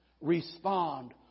respond